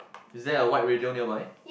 is there a white radio nearby